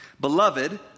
Beloved